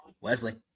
Wesley